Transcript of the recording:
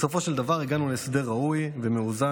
בסופו של דבר הגענו להסדר ראוי ומאוזן,